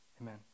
Amen